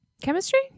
chemistry